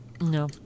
No